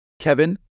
Kevin